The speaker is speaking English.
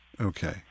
Okay